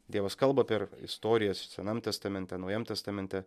dievas kalba per istorijas senam testamente naujam testamente